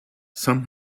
some